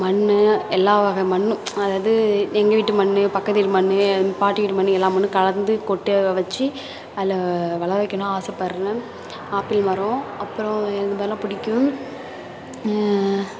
மண்ணு எல்லா வகை மண்ணும் அதாவது எங்கள் வீட்டு மண் பக்கத்து வீட்டு மண் பாட்டி வீட்டு மண் எல்லா மண்ணும் கலந்து கொட்டை வெச்சு அதில் வளர வைக்கணும் ஆசைப்படுறேன் ஆப்பிள் மரம் அப்புறம் இந்த மாதிரிலாம் பிடிக்கும்